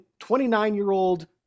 29-year-old